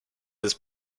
his